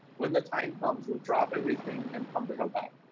when the time comes, we'll drop everything and come to help out.